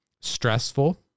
stressful